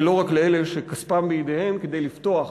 ולא רק לאלה שכספם בידיהם כדי לפתוח,